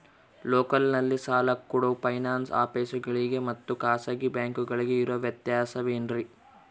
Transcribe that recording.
ಲೋಕಲ್ನಲ್ಲಿ ಸಾಲ ಕೊಡೋ ಫೈನಾನ್ಸ್ ಆಫೇಸುಗಳಿಗೆ ಮತ್ತಾ ಖಾಸಗಿ ಬ್ಯಾಂಕುಗಳಿಗೆ ಇರೋ ವ್ಯತ್ಯಾಸವೇನ್ರಿ?